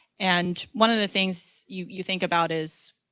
and one of the things you you think about is